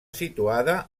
situada